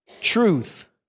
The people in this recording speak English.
truth